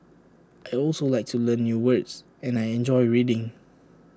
I also like to learn new words and I enjoy reading